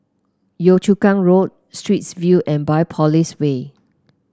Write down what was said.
Yio Chu Kang Road Straits View and Biopolis Way